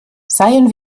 seien